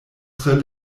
tre